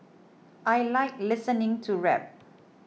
I like listening to rap